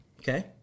Okay